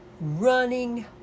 running